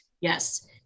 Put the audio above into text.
Yes